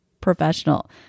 professional